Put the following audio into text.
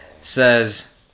Says